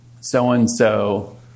so-and-so